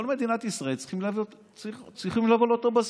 כל מדינת ישראל צריכים להיות על אותו בסיס,